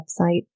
website